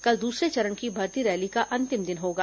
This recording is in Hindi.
कल दूसरे चरण की भर्ती रैली का अंतिम दिन होगा